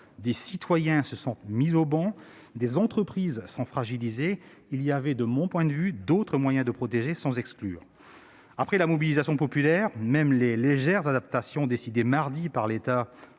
des citoyens se sentent mis au ban et des entreprises sont fragilisées. Eh oui ! Il y avait, de mon point de vue, d'autres moyens de protéger sans exclure. Après la mobilisation populaire, même les légères adaptations décidées en toute